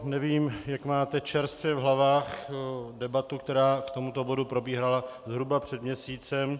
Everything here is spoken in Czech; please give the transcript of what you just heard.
Nevím, jak máte čerstvě v hlavách debatu, která k tomuto bodu probíhala zhruba před měsícem.